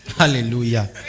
hallelujah